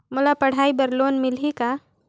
मोला पढ़ाई बर लोन मिलही का?